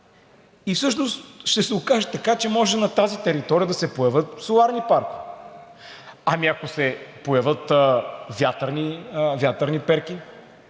и всъщност ще се окаже така, че може на тази територия да се появят соларни паркове. Ами ако се появят вятърни перки?